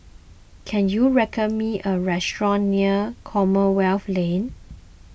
can you me a restaurant near Commonwealth Lane